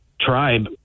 tribe